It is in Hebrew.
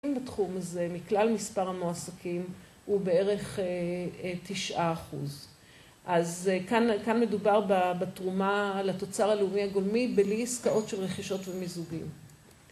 בתחום הזה, מכלל מספר המועסקים הוא בערך תשעה אחוז. אז כאן מדובר בתרומה לתוצר הלאומי הגולמי בלי עסקאות של רכישות ומזוגים.